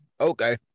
okay